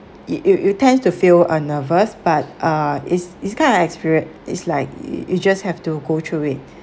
you you you tends to feel a nervous but uh it's it's kind of experience it's like you just have to go through it